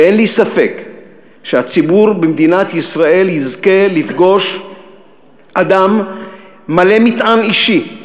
ואין לי ספק שהציבור במדינת ישראל יזכה לפגוש אדם מלא מטען אישי,